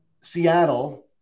Seattle